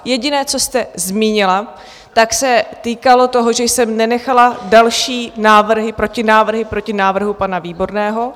Jediné, co jste zmínila, se týkalo toho, že jsem nenechala další protinávrhy proti návrhu pana Výborného.